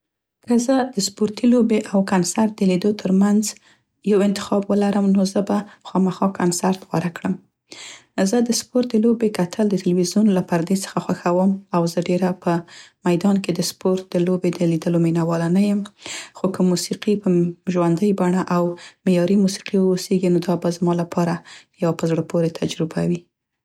که زه د سپورتي لوبې او کنسرت د لیدو تر منځ یو انتخاب ولرم نو زه به خامخا کنسرت غوره کړم. زه د سپورت د لوبې کتل د تلویزیون له پردې څخه خوښوم او زه ډيره په میدان کې د سپورت د لوبې د لیدلو مینه واله نه یم، خو که موسیقي په ژوندۍ بڼه او معیاري موسیقي واوسیګي نو دا به زما لپاره، یوه په زړه پورې تجربه وي.